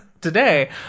today